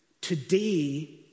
Today